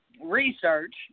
research